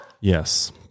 Yes